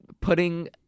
putting